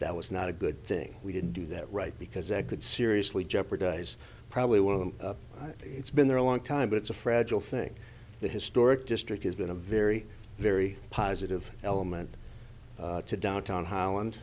that was not a good thing we didn't do that right because that could seriously jeopardize probably one of them it's been there a long time but it's a fragile thing the historic district has been a very very positive element to downtown